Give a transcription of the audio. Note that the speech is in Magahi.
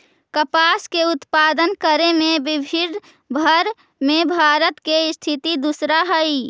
कपास के उत्पादन करे में विश्वव भर में भारत के स्थान दूसरा हइ